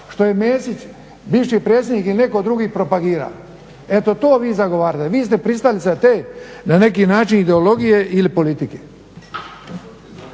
što je Mesić bivši predsjednik ili netko drugi propagirao. Eto to vi zagovarate, vi ste pristalica te na neki način ideologije ili politike.